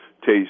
taste